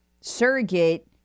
surrogate